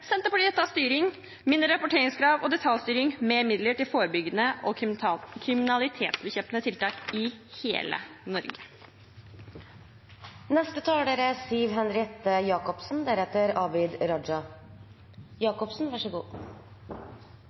Senterpartiet ta styring: mindre rapporteringskrav og detaljstyring, mer midler til forebyggende og kriminalitetsbekjempende tiltak i hele Norge. Det er